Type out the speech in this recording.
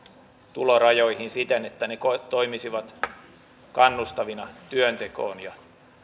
tulorajoihin siten että ne toimisivat kannustavina työntekoon ja